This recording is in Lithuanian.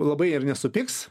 labai ir nesupyks